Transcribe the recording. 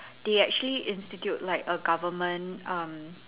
they actually institute like a government um